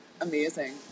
amazing